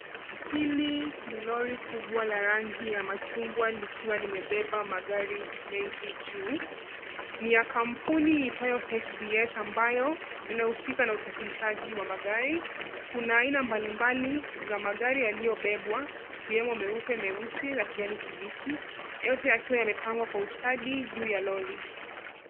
Hili ni lori kubwa la rangi ya machungwa likiwa limebeba magari mengi juu. Ni ya kampuni iitwayo HVS ambayo inahusika na usafirishaji wa magari. Kuna ina mbalimbali za magari yaliyobebwa ikiwemo meupe, meusi na kijani kibichi, yote yakiwa yamepangwa kwa ustadi juu ya lori.